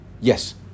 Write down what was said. Yes